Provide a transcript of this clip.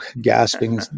gasping